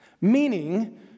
Meaning